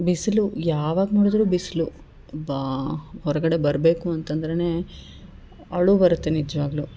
ಬಿಸಿಲು ಯಾವಾಗ ನೋಡಿದರು ಬಿಸಿಲು ಅಬ್ಬಾ ಹೊರಗಡೆ ಬರಬೇಕು ಅಂತಂದ್ರೆ ಅಳು ಬರುತ್ತೆ ನಿಜವಾಗ್ಲು